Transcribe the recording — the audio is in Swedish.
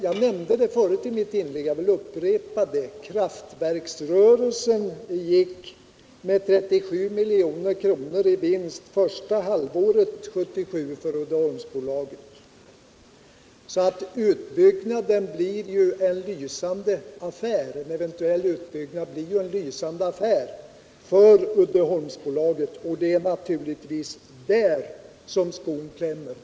Jag nämnde förut i mitt inlägg och jag vill upprepa det: Kraftverksrörelsen gick med 37 milj.kr. i vinst första halvåret 1977 för Uddeholmsbolaget. En eventuell utbyggnad av Strängsforsen blir därför en lysande affär för Uddeholmsbolaget, och det är naturligtvis där som skon klämmer.